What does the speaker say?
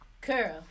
girl